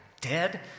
Dead